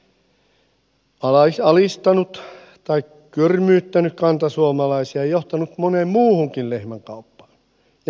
se on myös alistanut tai körmyyttänyt kantasuomalaisia johtanut moneen muuhunkin lehmänkauppaan